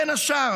בין השאר,